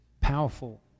Powerful